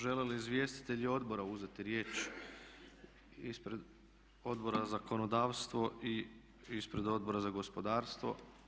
Žele li izvjestitelji odbora uzeti riječ ispred Odbora za zakonodavstvo i ispred Odbora za gospodarstvo?